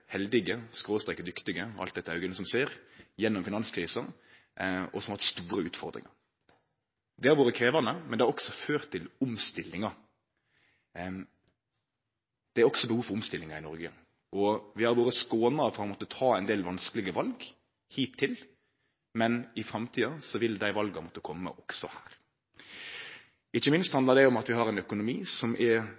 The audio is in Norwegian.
alt etter auga som ser – gjennom finanskrisa, og som har hatt store utfordringar. Det har vore krevjande, men det har også ført til omstillingar. Det er også behov for omstillingar i Noreg, og vi har vore skåna frå å måtte ta ein del vanskelege val hittil, men i framtida vil dei vala måtte kome også her. Ikkje minst